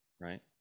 right